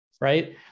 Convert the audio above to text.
right